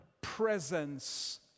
presence